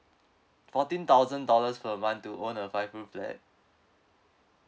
fourteen thousand dollars per month to own a five room flat